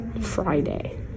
Friday